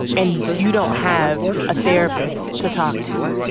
and you don't have a therapist to talk to.